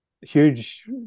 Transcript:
huge